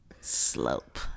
slope